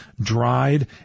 dried